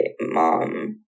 mom